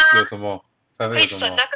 有什么才会有什么